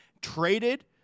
traded